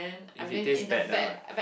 if it taste bad then like